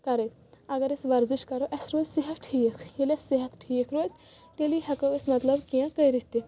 کرٕنۍ اگر أسۍ ورزش کرو اسہِ روزِ صحت ٹھیٖک ییٚلہِ اسہِ صحت ٹھیٖک روزِ تیٚلے ہٮ۪کو أسۍ مطلب کینٛہہ کٔرتھ تہِ